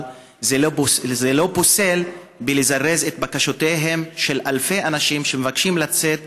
אבל זה לא פוסל מלזרז את בקשותיהם של אלפי אנשים שמבקשים לצאת,